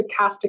stochastic